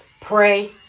Pray